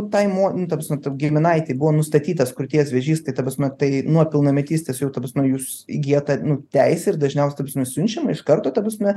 tai mo nu ta prasme tai giminaitei buvo nustatytas krūties vėžys tai ta prasme tai nuo pilnametystės jau ta prasme jūs įgyjat tą nu teisę ir dažniausia ta prasme siunčiama iš karto ta prasme